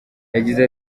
yagize